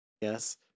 Yes